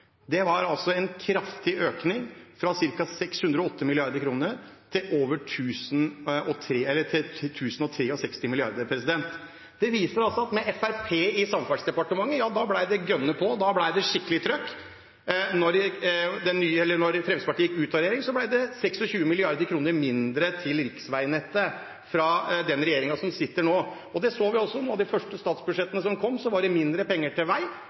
Det var altså en kraftig økning, fra ca. 608 mrd. kr til over 1 063 mrd. kr. Det viser at med Fremskrittspartiet i Samferdselsdepartementet ble det «gønna på», da ble det skikkelig trøkk. Da Fremskrittspartiet gikk ut av regjering, ble det 26 mrd. kr mindre til riksveinettet fra den regjeringen som sitter nå. Det så vi også i noen av de første statsbudsjettene som kom, at det var det mindre penger til vei.